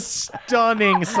stunning